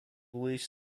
release